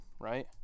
right